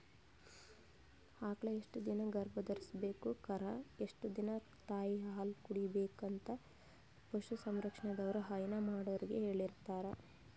ಆಕಳ್ ಎಷ್ಟ್ ದಿನಾ ಗರ್ಭಧರ್ಸ್ಬೇಕು ಕರಾ ಎಷ್ಟ್ ದಿನಾ ತಾಯಿಹಾಲ್ ಕುಡಿಬೆಕಂತ್ ಪಶು ಸಂರಕ್ಷಣೆದವ್ರು ಹೈನಾ ಮಾಡೊರಿಗ್ ಹೇಳಿರ್ತಾರ್